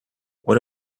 what